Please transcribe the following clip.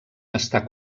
està